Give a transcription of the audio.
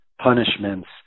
punishments